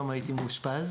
עד היום הייתי מאושפז,